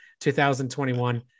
2021